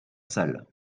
sale